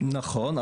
נכון,